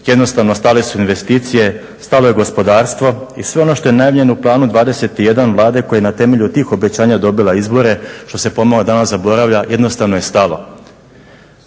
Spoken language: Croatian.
jednostavno stale su investicije, stalo je gospodarstvo i sve ono što je najavljeno u planu 21 Vlade koja je na temelju tih obećanja dobila izbore što se pomalo danas zaboravlja, jednostavno je stalo.